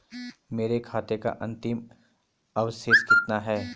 मेरे खाते का अंतिम अवशेष कितना है?